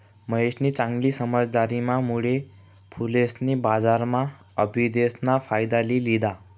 महेशनी चांगली समझदारीना मुळे फुलेसनी बजारम्हा आबिदेस ना फायदा लि लिदा